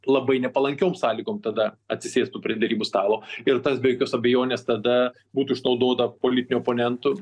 labai nepalankiom sąlygom tada atsisėstų prie derybų stalo ir tas be jokios abejonės tada būtų išnaudota politinių oponentų